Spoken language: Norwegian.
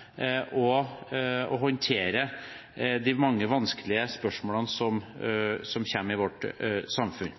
å forstå ting som skjer rundt oss, og håndtere de mange vanskelige spørsmålene som kommer i vårt samfunn.